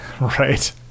Right